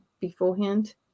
beforehand